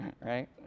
right